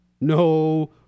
No